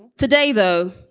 today, though,